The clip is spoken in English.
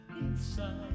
inside